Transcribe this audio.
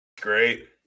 Great